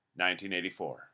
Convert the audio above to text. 1984